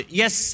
yes